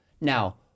Now